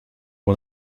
one